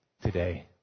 today